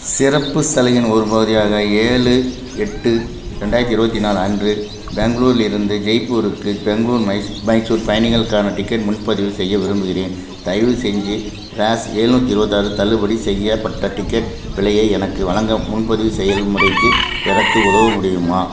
சிறப்புச் சலுகையின் ஒரு பகுதியாக ஏழு எட்டு ரெண்டாயிரத்து இருபத்தி நாலு அன்று பெங்களூரிலிருந்து ஜெய்ப்பூருக்கு பெங்களூர் மைஸ் மைசூர் பயணிகளுக்கான டிக்கெட் முன்பதிவு செய்ய விரும்புகிறேன் தயவு செஞ்சி ராஸ் எழுநூத்தி இருபத்தாறு தள்ளுபடி செய்யப்பட்ட டிக்கெட் விலையை எனக்கு வழங்க முன்பதிவு செயல்முறைக்கு எனக்கு உதவ முடியுமா